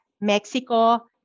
Mexico